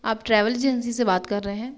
आप travel agency से बात कर रहे हैं